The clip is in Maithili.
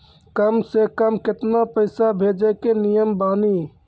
कम से कम केतना पैसा भेजै के नियम बानी?